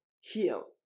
heal